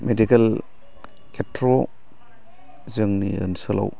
medical खेथ्र'आव जोंनि ओनसोलाव